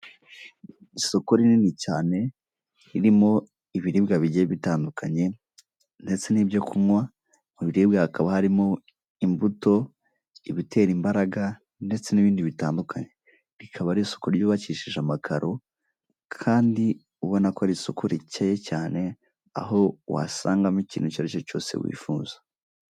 Isoko rinini cyane ririmo ibiribwa bigiye bitandukanye ndetse n'ibyo kunywa mu biribwa hakaba harimo imbuto, ibitera imbaraga, ndetse n'ibindi bitandukanye rikaba ari isoko ryubakishije amakaro kandi ubona ko ari isoko rikeye cyane aho wasangamo ikintu icyo ari cyo cyose wifuza.